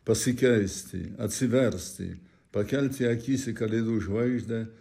pasikeisti atsiversti pakelti akis į kalėdų žvaigždę